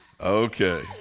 Okay